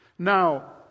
Now